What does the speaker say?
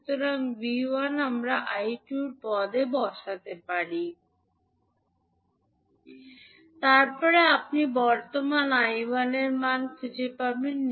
সুতরাং 𝑉1 আমরা 𝐼2 হিসাবে পদ হিসাবে পদ পেতে পারেন তারপরে আপনি বর্তমান 𝐼1 এর মান খুঁজে পেতে পারেন